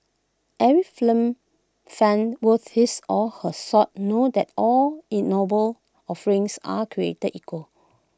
every film fan worth his or her salt know that all ignoble offerings are created equal